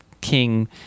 King